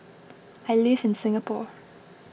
I live in Singapore